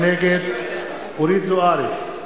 נגד אדוני היושב-ראש,